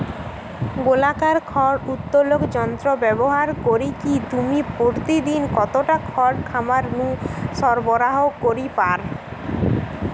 গোলাকার খড় উত্তোলক যন্ত্র ব্যবহার করিকি তুমি প্রতিদিন কতটা খড় খামার নু সরবরাহ করি পার?